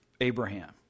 Abraham